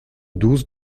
douze